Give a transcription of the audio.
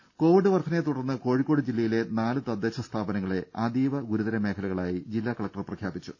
ദര കോവിഡ് വർദ്ധനയെ തുടർന്ന് കോഴിക്കോട് ജില്ലയിലെ നാല് തദ്ദേശ സ്ഥാപനങ്ങളെ അതീവ ഗുരുതര മേഖലകളായി ജില്ലാ കലക്ടർ പ്രഖ്യാപിച്ചു